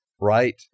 right